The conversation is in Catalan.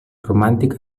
romàntic